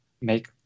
make